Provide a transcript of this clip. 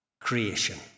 creation